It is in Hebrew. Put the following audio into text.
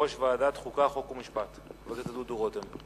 יושב-ראש ועדת החוקה, חוק ומשפט דודו רותם.